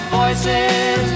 voices